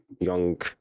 young